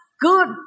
good